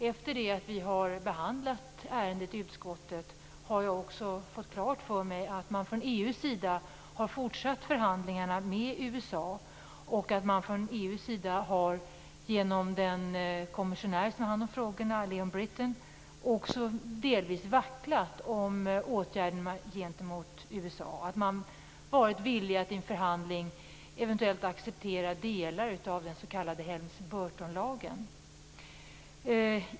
Efter det att vi behandlat ärendet i utskottet har jag fått klart för mig att man från EU:s sida har fortsatt förhandlingarna med USA och att EU genom den kommissionär som har hand om frågorna, Leon Britten, också delvis vacklat om åtgärderna gentemot USA. Man lär ha varit villig att i en förhandling eventuellt acceptera delar av den s.k. Helms Burtonlagen.